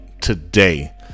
Today